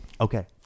Okay